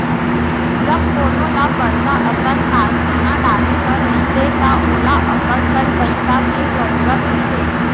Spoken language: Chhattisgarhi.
जब कोनो ल बड़का असन कारखाना डारे बर रहिथे त ओला अब्बड़कन पइसा के जरूरत होथे